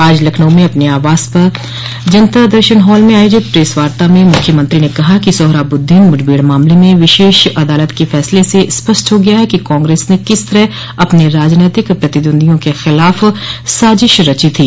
आज लखनऊ में अपने आवास पर जनता दर्शन हाल में आयोजित प्रेसवार्ता में मुख्यमंत्री ने कहा कि सोहराबुद्दीन मुठभेड़ मामले में विशेष अदालत के फैसले से स्पष्ट हो गया है कि कांग्रेस ने किस तरह अपने राजनैतिक प्रतिद्वंदियों के खिलाफ साजिश रची थी